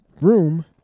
room